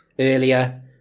earlier